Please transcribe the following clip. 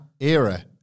era